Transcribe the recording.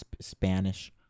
Spanish